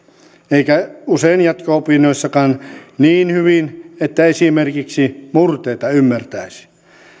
eikä usein jatko opinnoissakaan niin hyvin että esimerkiksi murteita ymmärtäisi